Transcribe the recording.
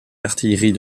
d’artillerie